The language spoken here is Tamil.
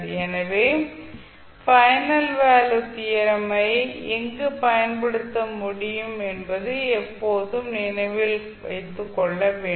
எனவே பைனல் வேல்யூ தியரம் ஐ எங்கு பயன்படுத்த முடியும் என்பதை எப்போதும் நினைவில் கொள்ள வேண்டும்